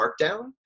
Markdown